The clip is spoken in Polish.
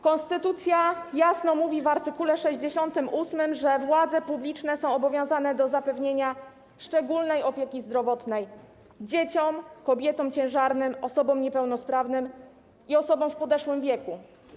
Konstytucja jasno mówi w art. 68, że władze publiczne są obowiązane do zapewnienia szczególnej opieki zdrowotnej dzieciom, kobietom ciężarnym, osobom niepełnosprawnym i osobom w podeszłym wieku.